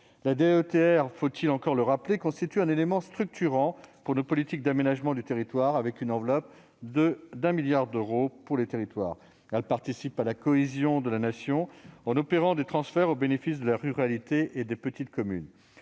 La DETR- faut-il encore le rappeler ? -constitue un élément structurant pour nos politiques d'aménagement du territoire, avec une enveloppe d'un milliard d'euros pour les territoires. Elle participe à la cohésion de la Nation en opérant des transferts au bénéfice de la ruralité et des petites communes.